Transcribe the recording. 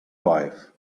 wife